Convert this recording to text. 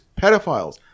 pedophiles